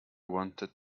wanted